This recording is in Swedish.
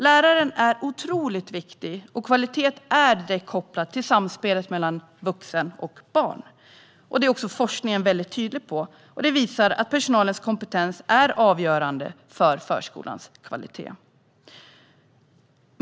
Läraren är otroligt viktig, och kvalitet är kopplat till samspelet mellan vuxen och barn. Detta är forskningen tydlig med, och den visar att personalens kompetens är avgörande för förskolans kvalitet.